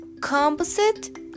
composite